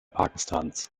pakistans